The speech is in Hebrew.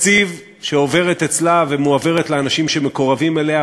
תקציב שעוברת אצלה ומועברת לאנשים שמקורבים אליה.